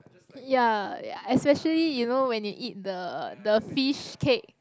ya ya especially you know when you eat the the fish cake